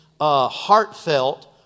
heartfelt